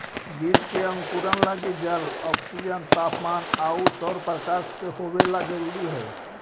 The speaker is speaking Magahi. बीज के अंकुरण लगी जल, ऑक्सीजन, तापमान आउ सौरप्रकाश के होवेला जरूरी हइ